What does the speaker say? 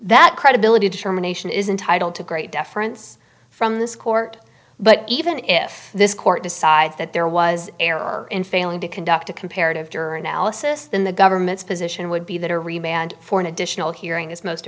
that credibility determination is entitled to great deference from this court but even if this court decides that there was error in failing to conduct a comparative juror analysis then the government's position would be that a remained for an additional hearing is most